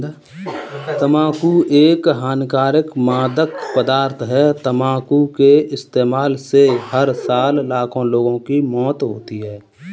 तंबाकू एक हानिकारक मादक पदार्थ है, तंबाकू के इस्तेमाल से हर साल लाखों लोगों की मौत होती है